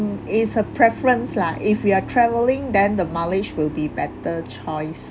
it's a preference lah if you are traveling then the mileage will be better choice